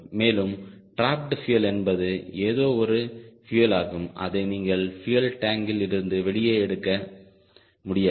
மேலும் trapped fuel என்பது ஏதோ ஒரு பியூயலாகும் அதை நீங்கள் பியூயல் டேங்கில் இருந்து வெளியே எடுக்க முடியாது